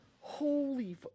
Holy